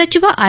ಸಚಿವ ಆರ್